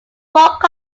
woke